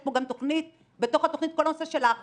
פה גם בתוך התכנית את כל הנושא של ההכשרות,